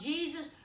Jesus